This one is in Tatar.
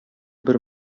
бер